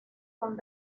con